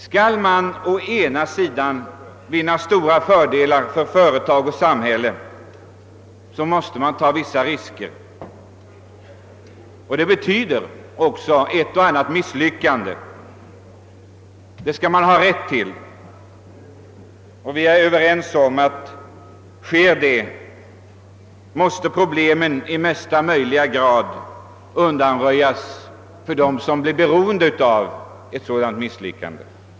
Skall man vinna stora fördelar för företag och samhälle måste man ta vissa risker, och det betyder också ett och annat misslyckande. Det kan man ha rätt till. Vi är överens om att problemen i högsta möjliga grad måste undanröjas för dem som blir lidande på ett sådant misslyckande.